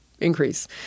increase